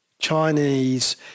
Chinese